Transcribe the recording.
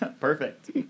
Perfect